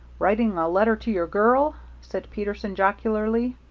writing a letter to your girl? said peterson, jocularly.